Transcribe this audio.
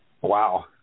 Wow